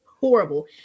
horrible